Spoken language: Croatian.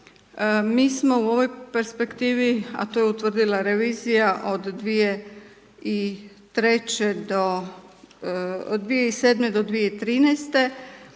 mi smo u ovoj perspektivi a to je utvrdila revizija od 2003. do,